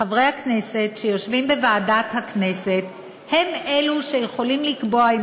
חברי הכנסת שיושבים בוועדת הכנסת הם אלו שיכולים לקבוע אם